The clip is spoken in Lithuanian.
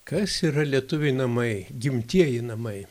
kas yra lietuviui namai gimtieji namai